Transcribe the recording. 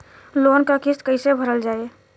Loan क किस्त कैसे भरल जाए?